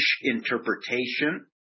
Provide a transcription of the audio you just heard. interpretation